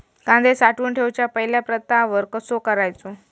कांदो साठवून ठेवुच्या पहिला प्रतवार कसो करायचा?